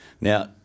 Now